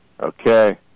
Okay